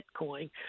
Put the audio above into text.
Bitcoin